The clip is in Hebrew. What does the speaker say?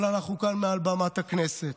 אבל אנחנו כאן מעל בימת הכנסת.